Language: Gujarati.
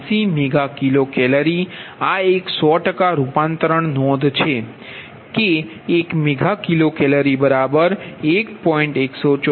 86 મેગા કિલો કેલરી આ એક 100 ટકા રૂપાંતર નોંધ છે કે એક મેગા કિલો કેલરી બરાબર 1